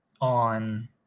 on